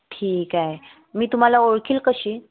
ठीक आहे मी तुम्हाला ओळखेल कशी